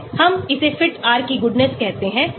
हम इसे fit R की goodness कहते हैं